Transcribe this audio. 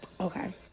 Okay